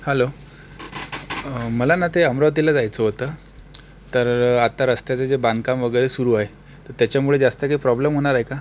hello मला ना ते अमरावतीला जायचं होतं तर आता रस्त्याचं जे बांधकाम वगैरे सुरू आहे तर त्याच्यामुळे जास्त काही प्रॉब्लेम होणार आहे का